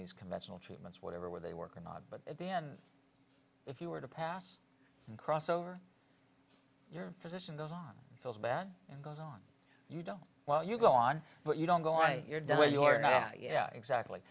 these conventional treatments whatever where they work or not but at the end if you were to pass crossover your physician goes on feels bad and goes on you don't well you go on but you don't go on you're done with your now yeah exactly